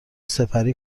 سپری